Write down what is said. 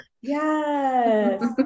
Yes